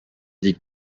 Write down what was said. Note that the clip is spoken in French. dit